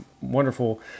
wonderful